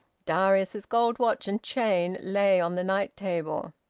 darius's gold watch and chain lay on the night-table.